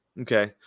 okay